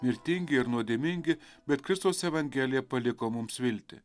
vertingi ir nuodėmingi bet kristaus evangelija paliko mums viltį